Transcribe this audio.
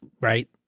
right